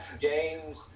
games